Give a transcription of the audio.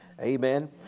amen